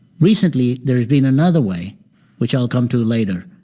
recently, there has been another way which i'll come to later.